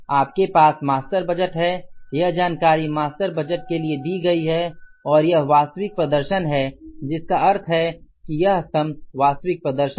आपके पास master budget है यह जानकारी मास्टर बजट के लिए दी गई है और यह वास्तविक प्रदर्शन है जिसका अर्थ है कि यह स्तम्भ वास्तविक प्रदर्शन है